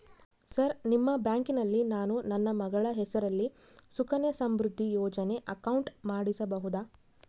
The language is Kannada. ಸರ್ ನಿಮ್ಮ ಬ್ಯಾಂಕಿನಲ್ಲಿ ನಾನು ನನ್ನ ಮಗಳ ಹೆಸರಲ್ಲಿ ಸುಕನ್ಯಾ ಸಮೃದ್ಧಿ ಯೋಜನೆ ಅಕೌಂಟ್ ಮಾಡಿಸಬಹುದಾ?